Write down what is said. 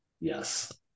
yes